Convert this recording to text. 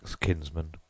kinsman